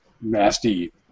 nasty